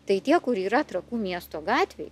tai tie kurie yra trakų miesto gatvėj